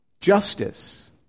justice